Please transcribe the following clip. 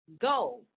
Go